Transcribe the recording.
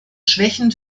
schwächen